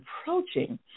approaching